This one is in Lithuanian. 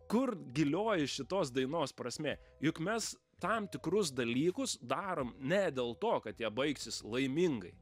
kur gilioji šitos dainos prasmė juk mes tam tikrus dalykus darom ne dėl to kad jie baigsis laimingai